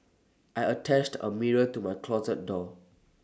I attached A mirror to my closet door